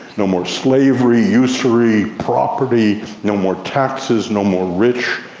no more slavery, usury, property, no more taxes, no more rich,